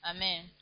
Amen